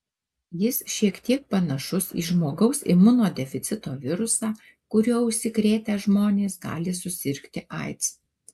jis šiek tiek panašus į žmogaus imunodeficito virusą kuriuo užsikrėtę žmonės gali susirgti aids